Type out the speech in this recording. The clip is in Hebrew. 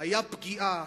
היה פגיעה